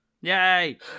Yay